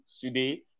today